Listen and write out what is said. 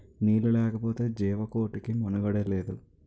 నీళ్లు లేకపోతె జీవకోటికి మనుగడే లేదు